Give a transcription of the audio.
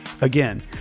Again